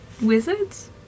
wizards